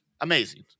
Amazing